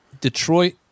Detroit